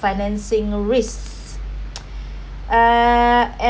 financing risks err